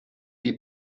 die